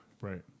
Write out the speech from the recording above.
Right